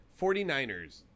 49ers